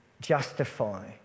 justify